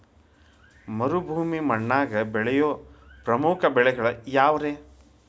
ಮರುಭೂಮಿ ಮಣ್ಣಾಗ ಬೆಳೆಯೋ ಪ್ರಮುಖ ಬೆಳೆಗಳು ಯಾವ್ರೇ?